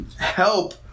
help